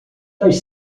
das